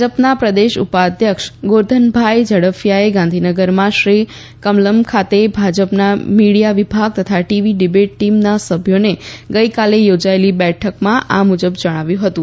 ભાજપના પ્રદેશ ઉપાધ્યક્ષ ગોરધનભાઈ ઝડફીયાએ ગાંધીનગરમાં શ્રી કમલમ ખાતે ભાજપના મીડિયા વિભાગ તથા ટીવી ડિબેટ ટીમના સભ્યોની ગઈકાલે યોજાયેલી બેઠકમાં આ મુજબ જણાવ્યું હતું